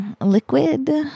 Liquid